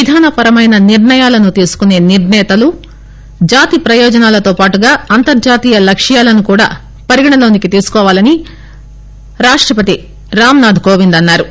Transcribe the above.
విధానపరమైన నిర్ణయాలను తీసుకునే నిర్ణేతలు జాతి ప్రయోజనాలతో పాటుగా అంతర్జాతీయ లక్ష్యాలను కూడా పరిగణలోకి తీసుకోవాలని రాష్టపతి రామనాథ్ కోవింద్ అన్నారు